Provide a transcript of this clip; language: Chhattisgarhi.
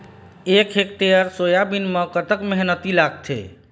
एक हेक्टेयर सोयाबीन म कतक मेहनती लागथे?